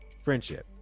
friendship